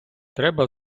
треба